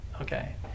Okay